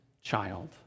child